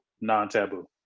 non-taboo